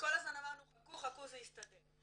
וכל הזמן אמרנו חכו חכו זה יסתדר.